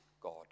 God